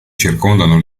circondano